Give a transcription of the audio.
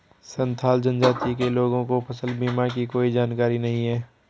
संथाल जनजाति के लोगों को फसल बीमा की कोई जानकारी नहीं है